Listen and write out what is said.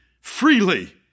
freely